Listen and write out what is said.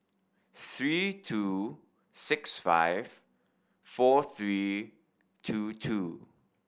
three two six five four three two two